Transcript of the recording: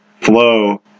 flow